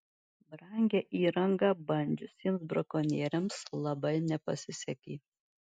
brangią įrangą bandžiusiems brakonieriams labai nepasisekė